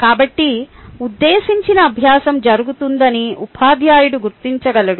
కాబట్టి ఉద్దేశించిన అభ్యాసం జరుగుతుందని ఉపాధ్యాయుడు గుర్తించగలడు